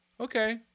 okay